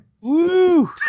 Woo